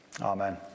amen